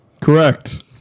Correct